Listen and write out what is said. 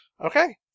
Okay